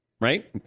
right